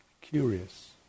curious